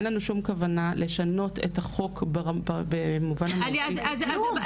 אין לנו שום כוונה לשנות את החוק במובן המהותי שלו.